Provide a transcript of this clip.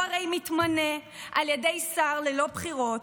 הוא הרי מתמנה על ידי שר ללא בחירות,